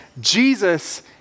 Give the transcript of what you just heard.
Jesus